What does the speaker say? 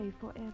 forever